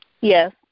Yes